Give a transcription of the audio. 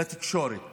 לתקשורת